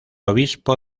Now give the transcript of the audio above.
obispo